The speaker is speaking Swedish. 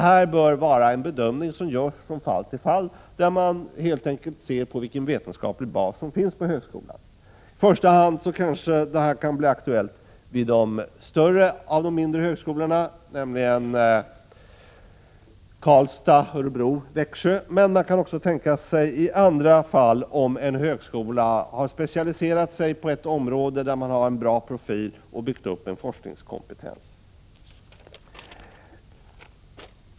Här bör en bedömning göras från fall till fall, där man helt enkelt ser på vilken vetenskaplig bas som finns på högskolan. Att inrätta professurer kan kanske i första hand bli aktuellt vid de större av de mindre högskolorna, nämligen högskolorna i Karlstad, Örebro och Växjö, men man kan också tänka sig att det blir aktuellt även i andra fall, t.ex. om en högskola har specialiserat sig på ett område inom vilket man har en bra profil och har byggt upp en forskningskompetens.